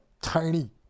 tiny